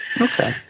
Okay